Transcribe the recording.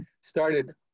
started